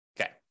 Okay